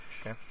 Okay